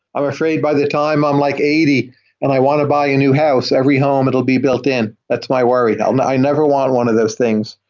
i'm afraid by the time i'm like eighty and i want to buy a new house, every home it will built in. that's my worry. and i never want one of those things,